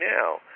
now